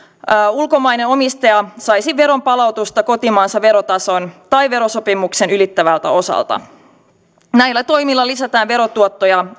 ulkomainen omistaja saisi veronpalautusta kotimaansa verotason tai verosopimuksen ylittävältä osalta näillä toimilla lisätään verotuottoja